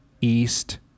east